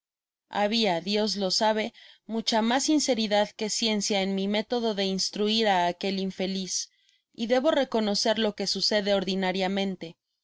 habia dios lo sabe mucha mas sinceridad que ciencia en mi método de instruir á aquel infeliz y debo reconocer lo que sucede ordinariamente